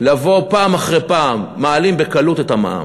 לבוא פעם אחרי פעם, מעלים בקלות את המע"מ,